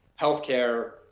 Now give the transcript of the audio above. healthcare